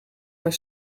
haar